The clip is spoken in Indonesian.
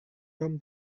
tom